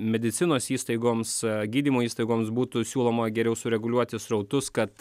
medicinos įstaigoms gydymo įstaigoms būtų siūloma geriau sureguliuoti srautus kad